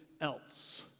else